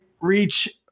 reach